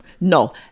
No